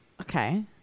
Okay